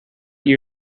year